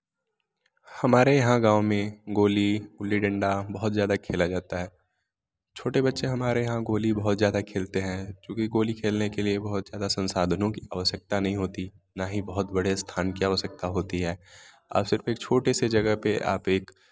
हमारे यहाँ गाँव में गोली गुली डंडा बहुत ज़्यादा खेला जाता है छोटे बच्चे हमारे यहाँ गोली बहुत ज़्यादा खेलते हैं चुकी गोली खेलने के लिए बहुत ज़्यादा संसाधनों की आवश्यकता नहीं होती नाही बहुत बड़े स्थान की आवश्यकता होती है आप सिर्फ़ एक छोटे से जगह पर आप एक